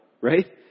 right